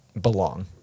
belong